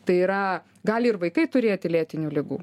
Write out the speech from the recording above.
tai yra gali ir vaikai turėti lėtinių ligų